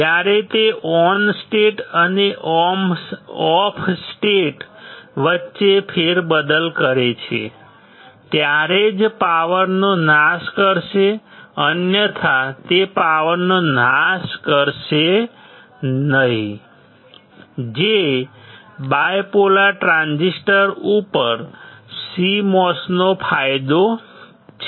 જ્યારે તે ON state અને OFF સ્ટેટ વચ્ચે ફેરબદલ કરે છે ત્યારે જ પાવરનો નાશ કરશે અન્યથા તે પાવરનો નાશ કરશે નહીં જે બાયપોલર ટ્રાન્ઝિસ્ટર ઉપર CMOS નો ફાયદો છે